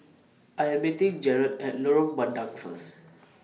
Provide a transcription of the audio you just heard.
I Am meeting Jarod At Lorong Bandang First